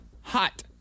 hot